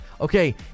Okay